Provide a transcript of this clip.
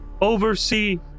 oversee